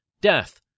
death